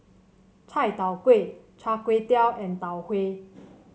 Chai Tow Kuay Char Kway Teow and Tau Huay